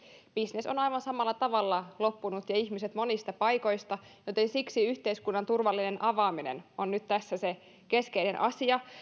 bisnes on aivan samalla tavalla loppunut ja ihmiset monista paikoista joten siksi yhteiskunnan turvallinen avaaminen on nyt tässä se keskeinen asia